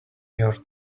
your